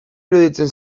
iruditzen